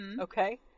Okay